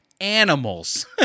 animals